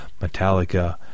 Metallica